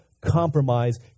compromise